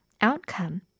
outcome